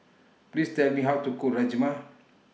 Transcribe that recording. Please Tell Me How to Cook Rajma